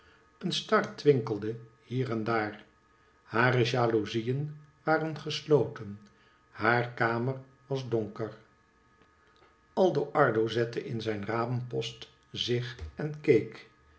een star twinkelde hier en daar hare jalouzieen waren gesloten haar kamer was donker aldo ardo zette in zijn raampost zich en